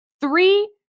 Three